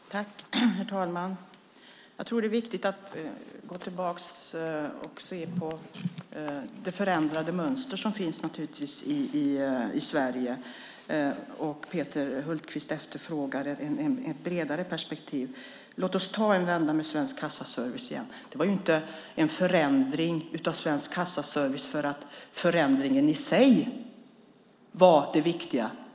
Herr talman! Jag tror att det är viktigt att gå tillbaka och se på det förändrade mönster som naturligtvis finns i Sverige. Peter Hultqvist efterfrågar ett bredare perspektiv. Låt oss ta en vända med Svensk Kassaservice igen. Det gjordes inte en förändring av Svensk Kassaservice därför att förändringen i sig var det viktiga.